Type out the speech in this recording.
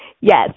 yes